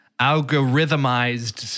algorithmized